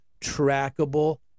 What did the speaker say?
trackable